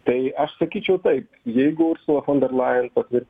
tai aš sakyčiau taip jeigu ursula fonderlajen patvirtinama